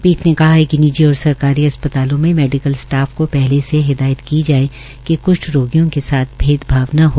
पीठ ने कहा कि निजी और सरकारी अस्पतालों में मेडिकल स्टाफ को पहले से हिदायत की जाये कि कृष्ट रोगियों के साथ भेदभाव न हो